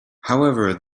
however